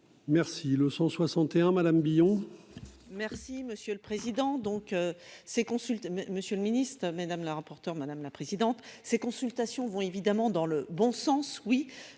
Merci le 161 Madame Billon.